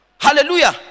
Hallelujah